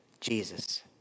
Jesus